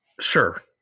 Sure